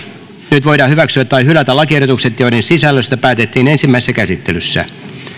nyt voidaan hyväksyä tai hylätä lakiehdotukset joiden sisällöstä päätettiin ensimmäisessä käsittelyssä